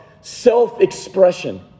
self-expression